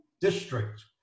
district